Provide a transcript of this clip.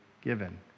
given